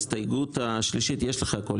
השלישית יש לך?